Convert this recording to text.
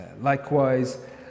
likewise